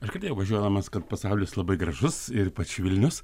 aš girdėjau važiuodamas kad pasaulis labai gražus ir ypač vilnius